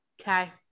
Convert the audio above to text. Okay